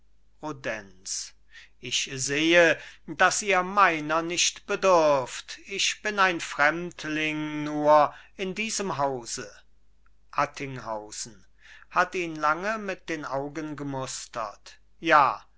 ich sehe dass ihr meiner nicht bedürft ich bin ein fremdling nur in diesem hause attinghausen hat ihn lange mit den augen gemustert ja